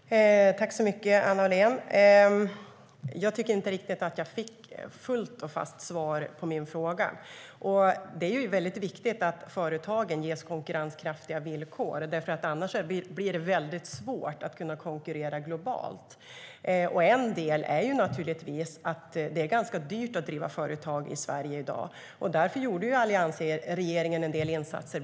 Herr talman! Tack så mycket, Anna Wallén. Jag tycker inte att jag fullt och fast fick svar på min fråga. Det är ganska dyrt att driva företag i Sverige i dag. Därför gjorde alliansregeringen en del insatser.